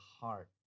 heart